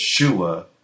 Yeshua